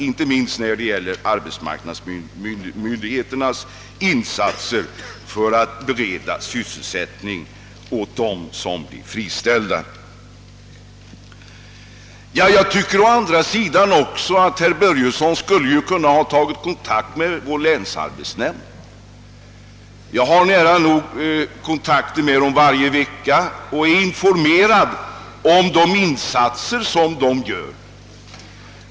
Detta gäller inte minst arbetsmarknadsmyndigheternas insatser för att bereda sysselsättning åt dem som blivit friställda. Herr Börjesson skulle ha kunnat ta kontakt med vår länsarbetsnämnd. Själv har jag nära nog varje vecka kontakt med den, och jag är informerad om de insatser som nämnden gör.